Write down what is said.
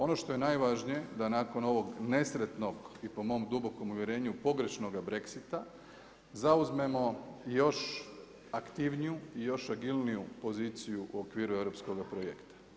Ono što je najvažnije, da nakon ovog nesretnog i po mom dubokom uvjerenju pogrešnog Brexita, zauzmemo još aktivniju i još agilniju poziciju u okviru europskog projekta.